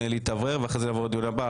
להתאוורר ולאחר כך לעבור לדיון הבא.